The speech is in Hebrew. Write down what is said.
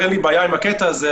אין לי בעיה עם הקטע הזה,